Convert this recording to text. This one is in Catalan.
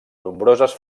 nombroses